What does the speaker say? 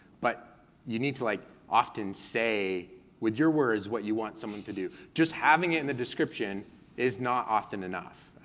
but you need to like often say with your words what you want people to do. just having it in the description is not often enough.